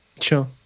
Sure